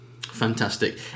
Fantastic